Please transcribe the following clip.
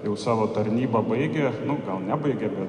jau savo tarnybą baigė nu gal nebaigė bet